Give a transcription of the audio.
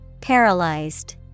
paralyzed